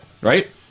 Right